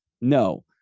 no